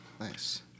nice